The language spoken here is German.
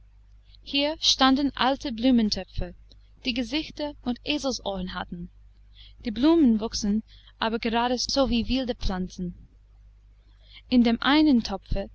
hier standen alte blumentöpfe die gesichter und eselsohren hatten die blumen wuchsen aber gerade so wie wilde pflanzen in dem einen topfe